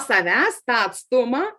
savęs tą atstumą